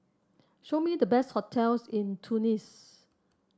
show me the best hotels in Tunis